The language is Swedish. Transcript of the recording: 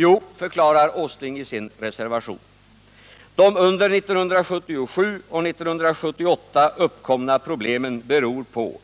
Jo, förklarar Nils Åsling i sin reservation, de under 1977 och 1978 uppkomna problemen beror på